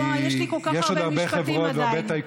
כי יש עוד הרבה חברות והרבה טייקונים,